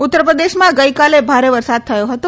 ઉત્તર પ્રદેશમાં પણ ગઈકાલે ભારે વરસાદ થયો હતો